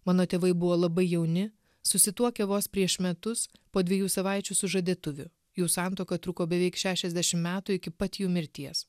mano tėvai buvo labai jauni susituokę vos prieš metus po dviejų savaičių sužadėtuvių jų santuoka truko beveik šešiasdešim metų iki pat jų mirties